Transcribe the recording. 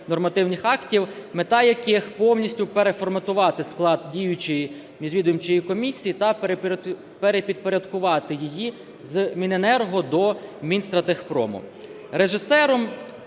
нормативних актів, мета яких повністю переформатувати склад діючої Міжвідомчої комісії та перепідпорядкувати її з Міненерго до Мінстратегпрому.